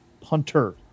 punter